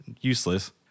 useless